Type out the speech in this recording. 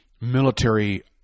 military